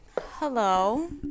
Hello